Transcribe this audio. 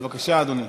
בבקשה, אדוני.